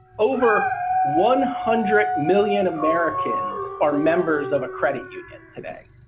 over one hundred million americans are members of a credit union today.